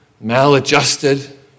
maladjusted